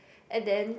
and then